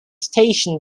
station